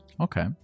Okay